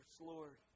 Lord